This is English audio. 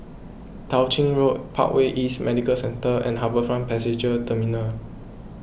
Tao Ching Road Parkway East Medical Centre and HarbourFront Passenger Terminal